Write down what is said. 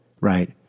right